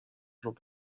told